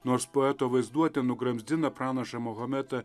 nors poeto vaizduotė nugramzdina pranašą mahometą